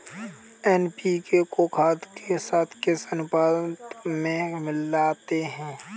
NPK को खाद के साथ किस अनुपात में मिलाते हैं?